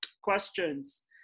questions